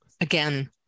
again